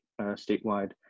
statewide